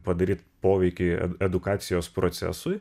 padaryt poveikį ed edukacijos procesui